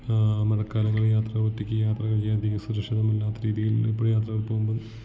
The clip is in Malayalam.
മഴക്കാലങ്ങളിൽ യാത്ര ഒറ്റയ്ക്ക് യാത്രകൾ ചെയ്യുന്നത് അധികം സുരക്ഷിതമല്ലാത്ത രീതിയിൽ ഇപ്പോൾ യാത്രകൾ പോകുമ്പം